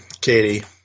Katie